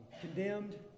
condemned